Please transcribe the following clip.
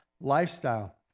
lifestyle